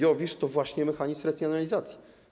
IOWISZ to właśnie mechanizm racjonalizacji.